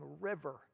river